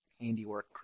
handiwork